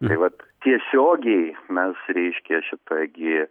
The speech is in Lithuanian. tai vat tiesiogiai mes reiškia šita gi